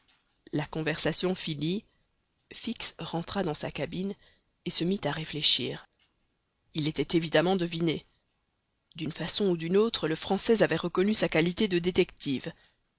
la conversation finie fix rentra dans sa cabine et se mit à réfléchir il était évidemment deviné d'une façon ou d'une autre le français avait reconnu sa qualité de détective